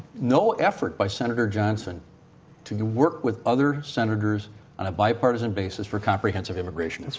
no effort by senator johnson to work with other senators on a bipartisan basis for comprehensive immigration.